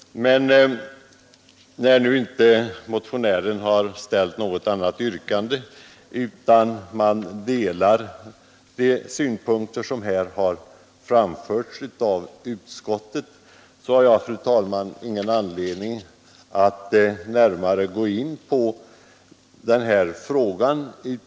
Men när nu motionären inte har ställt något yrkande utan delar de synpunkter som utskottet anfört har jag, fru talman, ingen anledning att närmare gå in på frågan.